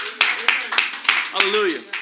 Hallelujah